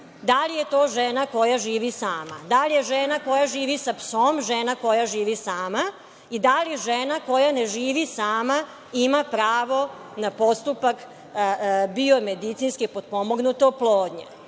da li je to žena koja živi sama? Da li je žena koja živi sa psom žena koja živi sama? I da li žena koja ne živi sama ima pravo na postupak biomedicinski potpomognute oplodnje? To